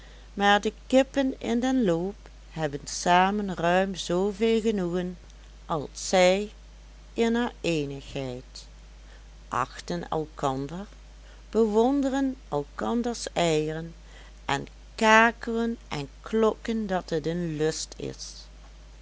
maar de kippen in den loop hebben samen ruim zoo veel genoegen als zij in haar eenigheid achten elkander bewonderen elkanders eieren en kakelen en klokken dat het een lust is